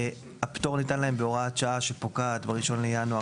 הפטור ניתן להם בהוראות שעה שפוקעת באחד בינואר